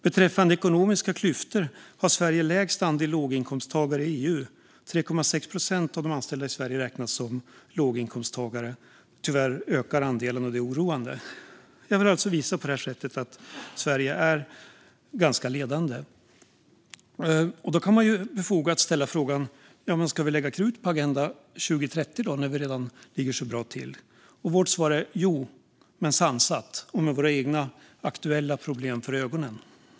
Beträffande ekonomiska klyftor har Sverige lägst andel låginkomsttagare i EU - 3,6 procent av de anställda i Sverige räknas som låginkomsttagare. Tyvärr ökar andelen, och det är oroande. Jag vill på det här sättet visa att Sverige är ganska ledande. Då kan man ju befogat ställa frågan: Ska vi lägga krut på Agenda 2030 när vi redan ligger så bra till? Vårt svar är: Ja, men sansat, och med våra egna aktuella problem för ögonen.